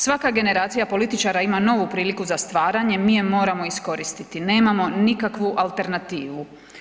Svaka generacija političara ima novu priliku za stvaranje, mi je moramo iskoristiti nemamo nikakvu alternativu.